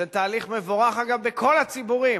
זה תהליך מבורך, אגב, בכל הציבורים.